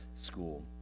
school